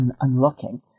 unlocking